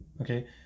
okay